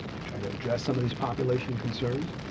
to try to address some of these population concerns.